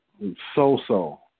so-so